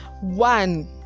one